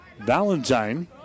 Valentine